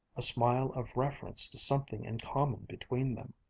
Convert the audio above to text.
a smile of reference to something in common between them.